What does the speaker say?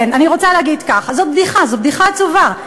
אני רוצה להגיד ככה, זאת בדיחה, בדיחה עצובה.